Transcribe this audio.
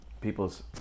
people's